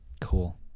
Cool